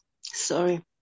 Sorry